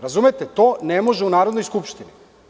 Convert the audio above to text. Razumete, to ne može u Narodnoj skupštini.